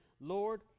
Lord